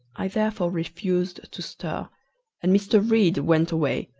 i therefore refused to stir and mr. read went away,